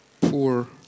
poor